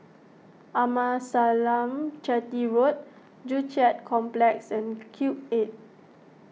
Amasalam Chetty Road Joo Chiat Complex and Cube eight